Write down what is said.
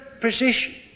position